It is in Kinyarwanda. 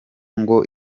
ngo